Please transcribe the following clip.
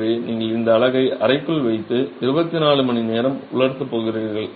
எனவே நீங்கள் இந்த அலகை அறைக்குள் வைத்து 24 மணிநேரம் உலர்த்தப் போகிறீர்கள்